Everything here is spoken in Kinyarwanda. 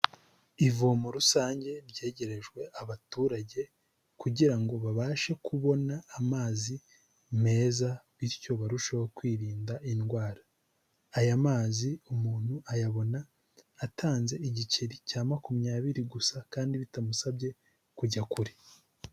Ivomo rusange ryegerejwe abaturage kugira ngo babashe kubona amazi meza bityo barusheho kwirinda indwara. Aya mazi umuntu ayabona atanze igiceri cya makumyabiri gusa kandi bitamusabye kujya kure.